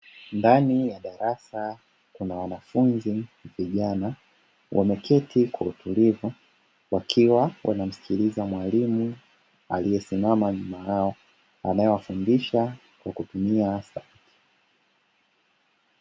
Ndani ya darasa kuna wanafunzi vijana wameketi kwa utulivu Wakiwa wanamsikiliza mwalimu, aliyesimama nyuma yao anayewafundisha kwa kutumia asapti.